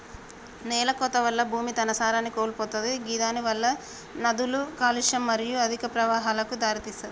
నేలకోత వల్ల భూమి తన సారాన్ని కోల్పోతది గిదానివలన నదుల కాలుష్యం మరియు అధిక ప్రవాహాలకు దారితీస్తది